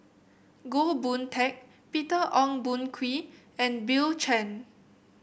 Goh Boon Teck Peter Ong Boon Kwee and Bill Chen